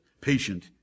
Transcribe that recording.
Patient